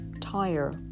tire